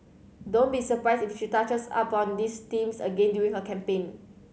don't be surprised if she touches upon these themes again during her campaign